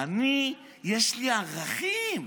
אני, יש לי ערכים.